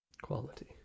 Quality